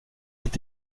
est